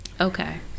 Okay